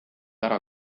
ära